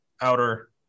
outer